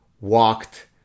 walked